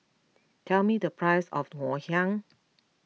tell me the price of Ngoh Hiang